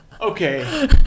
Okay